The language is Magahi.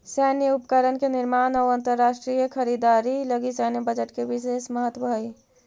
सैन्य उपकरण के निर्माण अउ अंतरराष्ट्रीय खरीदारी लगी सैन्य बजट के विशेष महत्व हई